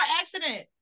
accident